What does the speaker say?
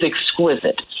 exquisite